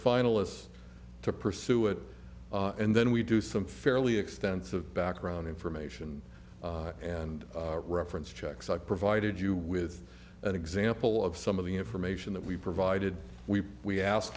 finalists to pursue it and then we do some fairly extensive background information and reference checks i provided you with an example of some of the information that we provided we we asked